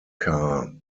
car